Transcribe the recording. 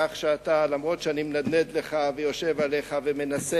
על כך שלמרות שאני מנדנד לך ויושב עליך ומנסה,